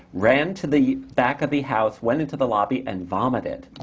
ran to the back of the house, went into the lobby, and vomited!